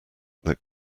that